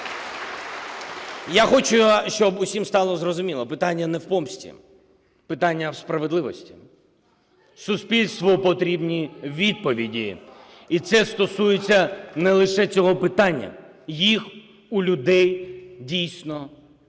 Я хочу, щоб усім стало зрозуміло: питання не в помсті, питання в справедливості. Суспільству потрібні відповіді. І це стосується не лише цього питання, їх у людей дійсно